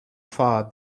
far